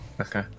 Okay